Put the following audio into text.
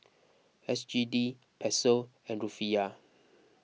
S G D Peso and Rufiyaa